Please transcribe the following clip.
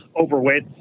overweight